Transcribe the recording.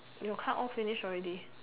you card all finish already